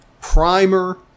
primer